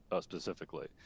specifically